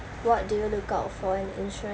what do you look out for an insurance